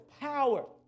power